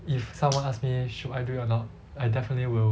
if someone ask me should I do it or not I definitely will